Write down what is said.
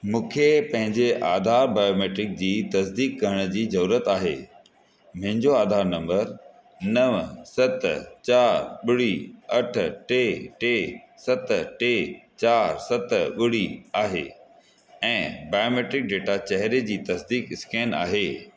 मूंखे पंहिंजे आधार बायोमेट्रिक जी तसदीक़ु करण जी ज़रूरत आहे मुंहिंजो आधार नंबर नव सत चारि ॿुड़ी अठ टे टे सत टे चारि सत ॿुड़ी आहे ऐं बायोमेट्रिक डेटा चहेरे जी तसदीक़ु स्कैन आहे